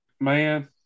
man